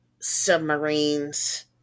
submarines